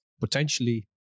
potentially